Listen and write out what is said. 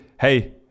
Hey